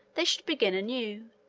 they should begin anew,